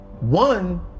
One